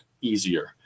easier